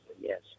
yes